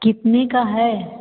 कितने का है